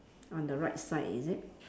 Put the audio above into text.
on the right side is it